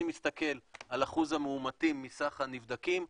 מסתכל על אחוז המאומתים מסך הנבדקים,